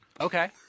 okay